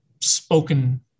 spoken